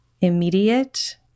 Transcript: immediate